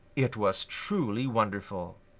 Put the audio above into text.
it was truly wonderful.